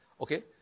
Okay